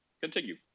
Continue